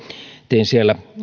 tein siellä